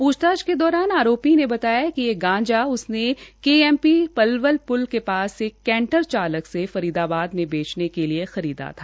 पूछताछ के दौरान आरोपी ने बताया कि यह गांजा उसने केएमपी पल्वल पूल के पास एक कैंटर चालक से फरीदाबाद में बेचने के लिए खरीदा था